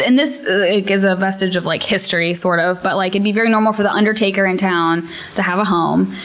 and this like is a vestige of like history, sort of, but like it'd be very normal for the undertaker in town to have a home.